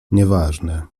nieważne